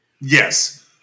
Yes